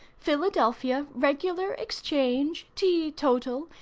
philadelphia, regular, exchange, tea, total,